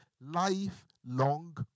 Lifelong